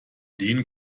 den